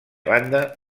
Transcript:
banda